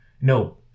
No